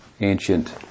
ancient